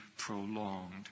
Prolonged